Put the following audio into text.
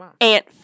Aunt